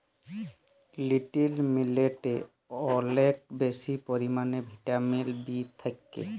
little মিলেটে অলেক বেশি পরিমালে ভিটামিল বি থ্যাকে